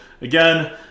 Again